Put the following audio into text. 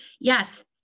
Yes